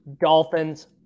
Dolphins